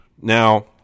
Now